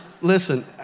listen